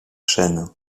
chaînes